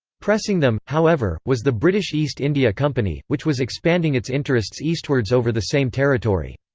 pressing them, however, was the british east india company, which was expanding its interests eastwards over the same territory.